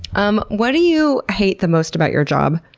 um what do you hate the most about your job?